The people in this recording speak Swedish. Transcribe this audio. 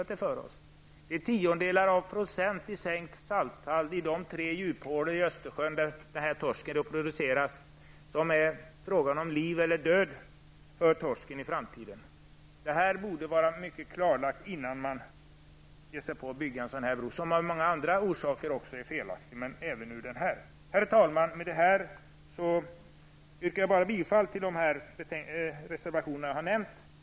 Tiondelar av procent i sänkt salthalt i de tre djuphålor i Östersjön där torsken reproduceras är en fråga om liv eller död för torsken i framtiden. Man borde ha konsekvenserna bättre klara för sig innan man ger sig på att bygga en sådan här bro, något som av många andra orsaker också är felaktigt. Herr talman! Med detta yrkar jag bifall till reservationerna som jag har nämnt.